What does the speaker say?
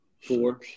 Four